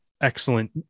excellent